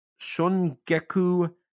Shungeku